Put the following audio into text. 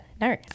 no